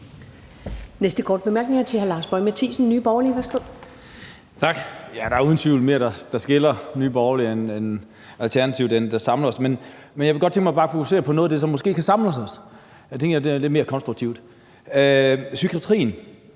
Næste korte bemærkning er til hr. Lars Boje Mathiesen, Nye Borgerlige. Værsgo. Kl. 19:56 Lars Boje Mathiesen (NB): Tak. Der er uden tvivl mere, der skiller Nye Borgerlige og Alternativet, end der samler os, men jeg kunne godt tænke mig at fokusere på noget af det, der måske kan samle os. Jeg tænker, det er lidt mere konstruktivt. Psykiatrien